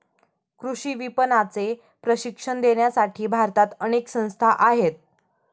कृषी विपणनाचे प्रशिक्षण देण्यासाठी भारतात अनेक संस्था आहेत